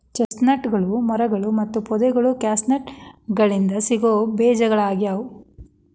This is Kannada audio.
ಚೆಸ್ಟ್ನಟ್ಗಳು ಮರಗಳು ಮತ್ತು ಪೊದೆಗಳು ಕ್ಯಾಸ್ಟಾನಿಯಾಗಳಿಂದ ಸಿಗೋ ಬೇಜಗಳಗ್ಯಾವ